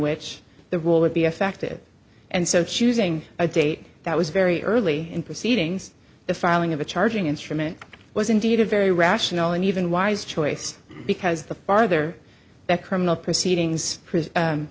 which the rule would be affected and so choosing a date that was very early in proceedings the filing of a charging instrument was indeed a very rational and even wise choice because the farther the criminal proceedings